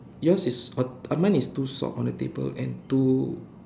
yours is on uh mine is two socks on the table and two